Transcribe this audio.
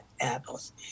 apples